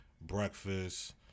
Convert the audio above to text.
breakfast